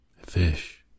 fish